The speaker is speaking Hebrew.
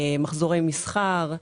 מחזורי מסחר.